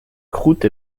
croûte